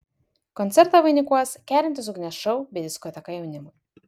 koncertą vainikuos kerintis ugnies šou bei diskoteka jaunimui